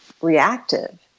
reactive